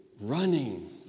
running